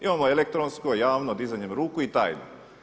Imamo elektronsko, javno, dizanjem ruku i tajno.